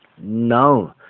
No